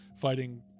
fighting